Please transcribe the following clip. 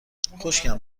خشکم